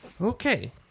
Okay